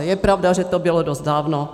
Je pravda, že to bylo dost dávno.